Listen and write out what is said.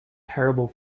terrible